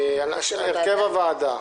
הרכב הוועדה